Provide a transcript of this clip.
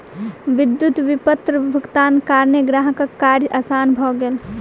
विद्युत विपत्र भुगतानक कारणेँ ग्राहकक कार्य आसान भ गेल